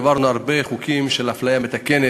העברנו הרבה חוקים של אפליה מתקנת,